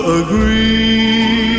agree